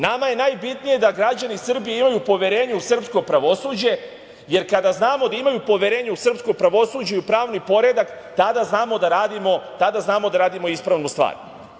Nama je najbitnije da građani Srbije imaju poverenja u srpsko pravosuđe, jer kada znamo da imaju poverenja u srpsko pravosuđe i u pravni poredak, tada znamo da radimo ispravnu stvar.